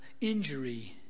injury